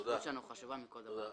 הבריאות שלנו חשובה יותר מכל דבר אחר.